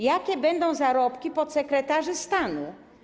Jakie będą zarobki podsekretarzy stanu?